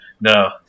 no